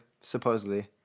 supposedly